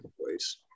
place